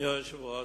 אדוני היושב-ראש,